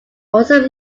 also